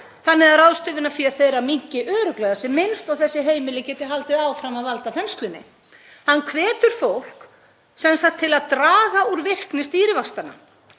þannig að ráðstöfunarfé þeirra minnki örugglega sem minnst og þessi heimili geti haldið áfram að valda þenslunni. Hann hvetur fólk sem sagt til að draga úr virkni stýrivaxtanna.